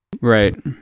Right